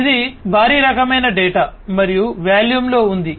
ఇది భారీ రకమైన డేటా మరియు వాల్యూమ్లో ఉంది